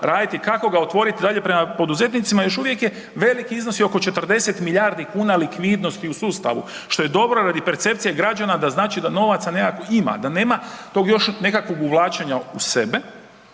kako ga otvoriti dalje prema poduzetnicima još uvijek je velik i iznosi oko 40 milijardi kuna u sustavu što je dobro radi percepcije građana da znači da novaca nekakvih ima, da nema tog još nekakvog uvlačenja u sebe